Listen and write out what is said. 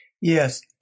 Yes